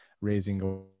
raising